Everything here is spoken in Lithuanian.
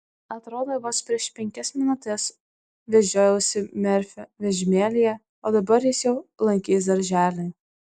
atrodo vos prieš penkias minutes vežiojausi merfį vežimėlyje o dabar jis jau lankys darželį